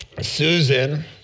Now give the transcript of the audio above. Susan